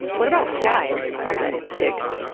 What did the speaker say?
what about flies on the digs?